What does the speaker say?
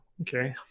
Okay